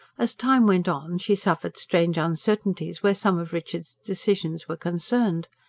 as time went on, she suffered strange uncertainties where some of richard's decisions were concerned.